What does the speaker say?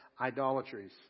idolatries